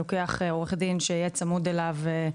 אלא לוקח עורך דין שיהיה צמוד אליו.